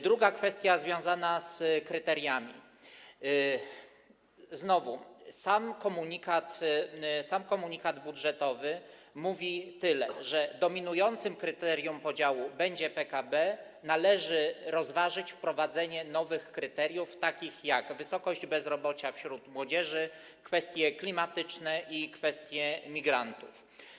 Druga kwestia, związana z kryteriami: sam komunikat budżetowy mówi tyle, że dominującym kryterium podziału będzie PKB, należy rozważyć wprowadzenie nowych kryteriów, takich jak wysokość bezrobocia wśród młodzieży, kwestie klimatyczne i kwestie migrantów.